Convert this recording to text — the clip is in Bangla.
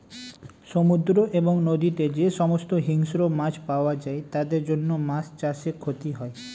সমুদ্র এবং নদীতে যে সমস্ত হিংস্র মাছ পাওয়া যায় তাদের জন্য মাছ চাষে ক্ষতি হয়